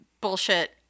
bullshit